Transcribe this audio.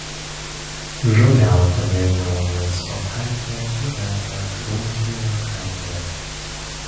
žoliautoja jonė stonkaitė gyvena drausgirio kaime